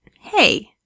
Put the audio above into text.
Hey